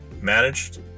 managed